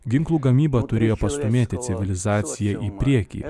ginklų gamyba turėjo pastūmėti civilizaciją į priekį